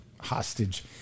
hostage